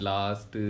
Last